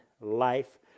life